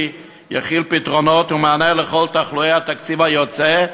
יכיל פתרונות ומענה לכל תחלואי התקציב היוצא,